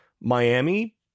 Miami